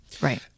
Right